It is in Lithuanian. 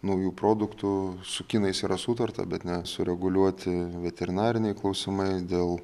naujų produktų su kinais yra sutarta bet nesureguliuoti veterinariniai klausimai dėl